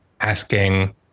asking